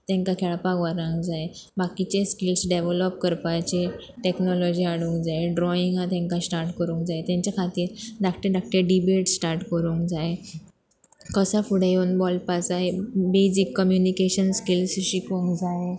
तांकां खेळपाक व्हरंक जाय बाकीचे स्किल्स डेववलोप करपाचीे टॅक्नोलॉजी हाडूंक जाय ड्रॉइंगा तांकां स्टार्ट करूंक जाय तेंचे खातीर धाकटे धाकटे डिबेट स्टारट करूंक जाय कसो फुडें येवन बोलपा जाय बेजीक कम्युनिकेशन स्किल्स शिकोंक जाय